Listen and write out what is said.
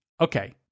Okay